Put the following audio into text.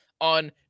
on